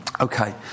Okay